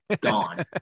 gone